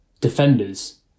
defenders